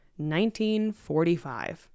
1945